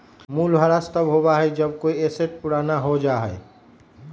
मूल्यह्रास तब होबा हई जब कोई एसेट पुराना हो जा हई